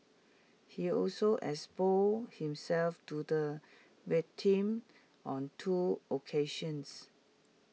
he also exposed himself to the victim on two occasions